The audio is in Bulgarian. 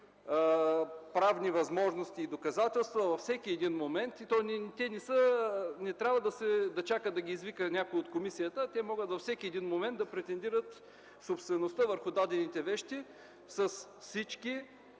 правни възможности и доказателства във всеки момент! Не трябва да чакат да ги извика някой от комисията, а могат във всеки момент да претендират собствеността върху дадените вещи с всички